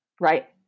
Right